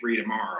tomorrow